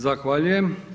Zahvaljujem.